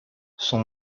son